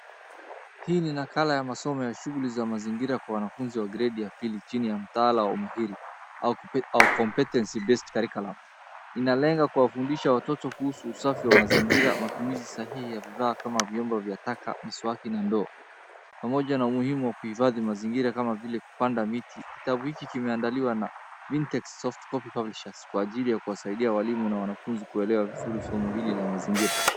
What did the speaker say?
Hii ni nakala ya masomo ya shughuli za mazingira kwa wanafunzi wa gredi ya pili chini ya mtaala wa umahiri au Competency Based Curriculum. Inalenga kuwafundisha watoto kuhusu usafi wa mazingira, matumizi sahihi ya bidhaa kama vyombo vya taka, miswaki na ndoo pamoja na umuhimu wa kuhifadhi mazingira kama vile kupanda miti. Kitabu hiki kimeandaliwa na Vintex Softcopy Publishers kwa ajili ya kuwasaidia walimu na wanafunzi kuelewa vizuri somo hili la mazingira.